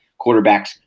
quarterbacks